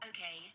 Okay